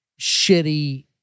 shitty